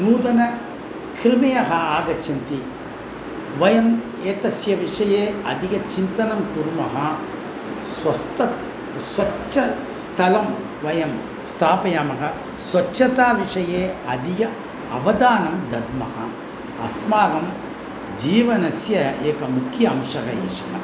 नूतन क्रिमयः आगच्छन्ति वयम् एतस्य विषये अधिकचिन्तनं कुर्मः स्वस्थ स्वच्छ स्थलं वयं स्थापयामः स्वच्छता विषये अधिकम् अवदानं दद्मः अस्माकं जीवनस्य एकं मुख्यं अंशः एषः